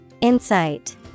Insight